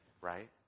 right